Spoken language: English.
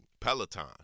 Peloton